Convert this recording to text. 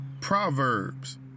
Proverbs